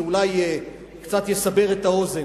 זה אולי יסבר קצת את האוזן.